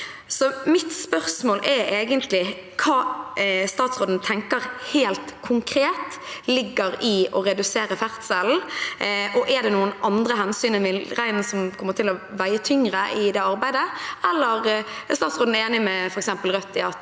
Mitt spørsmål er egentlig: Hva tenker statsråden helt konkret ligger i å redusere ferdselen, og er det noen andre hensyn enn villreinen som kommer til å veie tyngre i det arbeidet? Eller er statsråden enig med f.eks. Rødt i at